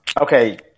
okay